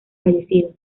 fallecidos